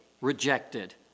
rejected